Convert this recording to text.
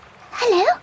Hello